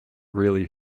really